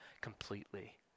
completely